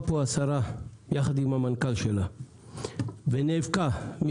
יחד עם המנכ"ל שלה ונאבקה בלהט,